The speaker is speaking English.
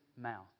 mouth